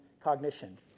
cognition